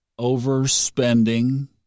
overspending